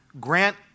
grant